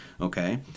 okay